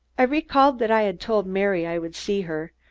i recalled that i had told mary i would see her,